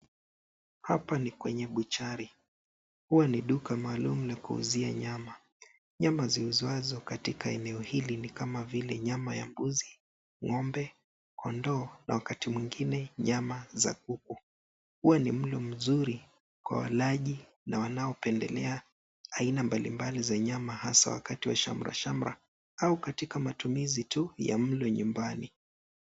Hapa ni kwenye buchari. Huwa ni duka maalumu la kuuzia nyama. Nyama ziuzwazo katika eneo hili ni kama vile nyama ya mbuzi, ng'ombe, kondoo na wakati mwingine nyama za kuku. Huwa ni mlo mzuri kwa walaji na wanaopendelea aina mbalimbali za nyama hasa wakati wa shamra shamra au katika matumizi tu ya mlo nyumbani.